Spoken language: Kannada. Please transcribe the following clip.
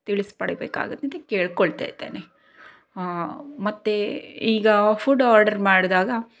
ತಿಳಿಸಿಬಿಡ್ಬೇಕಾಗುತ್ತೆ ಅಂತ ಕೇಳ್ಕೊಳ್ತಾಯಿದ್ದೇನೆ ಮತ್ತೆ ಈಗ ಫುಡ್ ಆರ್ಡರ್ ಮಾಡಿದಾಗ